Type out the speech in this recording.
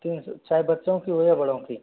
तीन सौ चाहे बच्चों की हो या बड़ों की